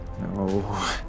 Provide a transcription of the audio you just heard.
No